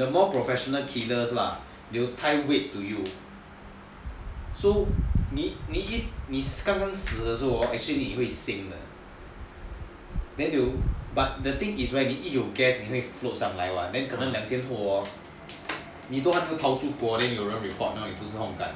the more professional killers lah they will tie weight to you so 你刚刚死的时候 hor actually 你会 sink 的 then you will but the thing is right 你一有 gas 你就会 float 上来 then 可能两天后 hor 你都还没有逃出国 then 有人 report 你了就是 hong kan